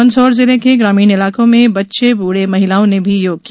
मंदसौर जिले के ग्रामीण इलाकों में बच्चे बूढ़े महिलाओं ने भी योग किया